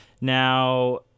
Now